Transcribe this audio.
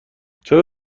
چرا